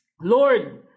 Lord